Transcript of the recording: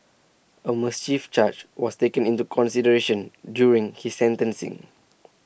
A mischief charge was taken into consideration during his sentencing